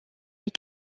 est